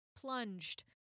Plunged